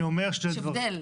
יש הבדל.